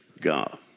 God